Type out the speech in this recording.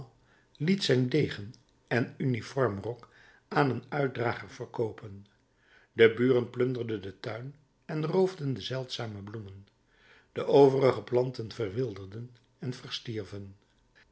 liet zijn degen en uniformrok aan een uitdrager verkoopen de buren plunderden den tuin en roofden de zeldzame bloemen de overige planten verwilderden en verstierven